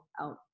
out